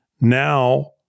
now